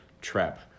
trap